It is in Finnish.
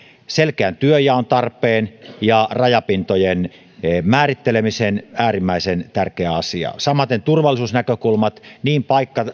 selkeän työnjaon tarpeen ja rajapintojen määrittelemisen äärimmäisen tärkeä asia samaten turvallisuusnäkökulmat niin